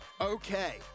Okay